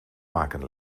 maken